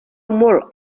molt